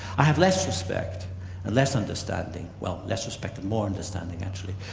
i have less respect and less understanding, well less respect and more understanding actually,